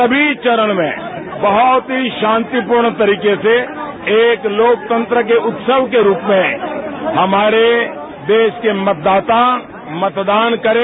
सभी चरण में बहुत ही शातिपूर्ण तरीके से एक लोकतंत्र के उत्सव के रूप में हमारे देश के मतदाता मतदान करें